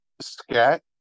scat